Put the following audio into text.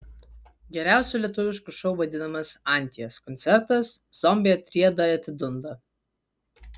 geriausiu lietuvišku šou vadinamas anties koncertas zombiai atrieda atidunda